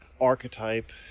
archetype